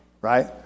right